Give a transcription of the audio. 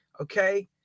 Okay